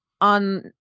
on